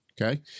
okay